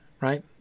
right